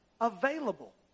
available